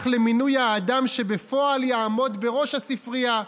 למינוי האדם שבפועל יעמוד בראש הספרייה,